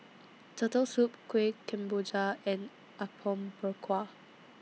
Turtle Soup Kueh Kemboja and Apom Berkuah